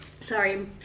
sorry